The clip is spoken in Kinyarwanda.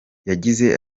yagize